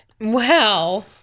Wow